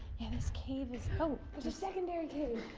and this cave is oh. theres a secondary cave!